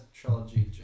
trilogy